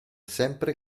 sempre